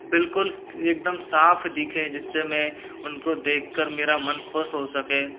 बिल्कुल एकदम साफ दिखें जिससे मैं उनको देखकर मेरा मन खुश हो सके